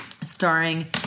Starring